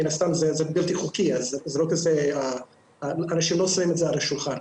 מן הסתם זה בלתי חוקי אז אנשים לא שמים את זה על השולחן.